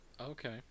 Okay